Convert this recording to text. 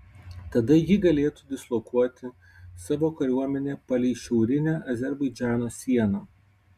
tada ji galėtų dislokuoti savo kariuomenę palei šiaurinę azerbaidžano sieną